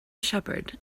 shepherd